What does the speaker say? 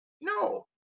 No